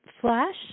flash